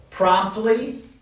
Promptly